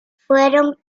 fueron